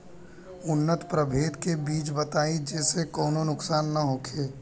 उन्नत प्रभेद के बीज बताई जेसे कौनो नुकसान न होखे?